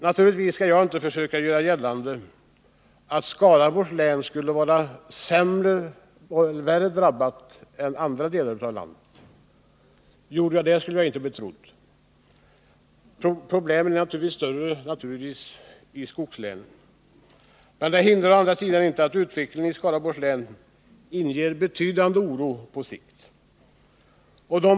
Naturligtvis skall jag inte försöka göra gällande att Skaraborgs län skulle vara värre drabbat än andra delar av landet. Gjorde jag det, skulle jag inte bli trodd. Problemen är givetvis större i exempelvis skogslänen. Detta hindrar å andra sidan inte att utvecklingen i Skaraborgs län inger betydande oro på sikt.